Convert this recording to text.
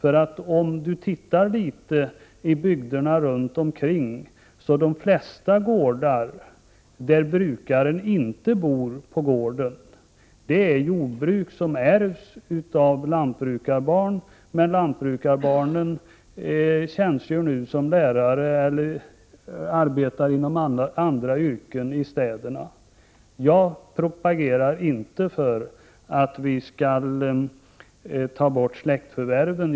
Om Åsa Domeij ser sig om i bygderna runt omkring, kommer hon att upptäcka att de flesta gårdar, vars brukare inte bor på gården, är jordbruk som ärvts av lantbrukarbarn. Men lantbrukarbarnen tjänstgör nu som lärare eller arbetar inom andra yrken i städerna. Jag propagerar inte för att vi skall ta bort släktförvärven.